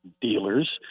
dealers